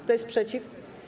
Kto jest przeciw?